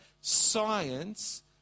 science